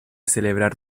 celebrar